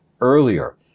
earlier